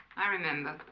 i remember